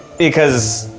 because,